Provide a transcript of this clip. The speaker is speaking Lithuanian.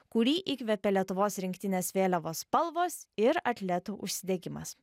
kurį įkvėpė lietuvos rinktinės vėliavos spalvos ir atletų užsidegimas